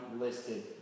listed